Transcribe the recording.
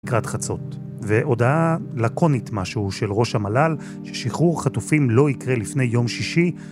לקראת חצות. והודעה לקונית משהו של ראש המל"ל, ששחרור חטופים לא יקרה לפני יום שישי